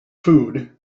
food